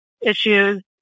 issues